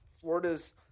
Florida's –